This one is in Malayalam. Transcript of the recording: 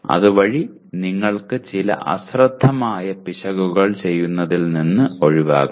അതുവഴി നിങ്ങൾ ചില അശ്രദ്ധമായ പിശകുകൾ ചെയ്യുന്നതിൽ നിന്ന് ഒഴിവാകും